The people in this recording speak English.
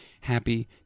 happy